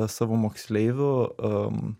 savo moksleivių